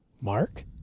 Mark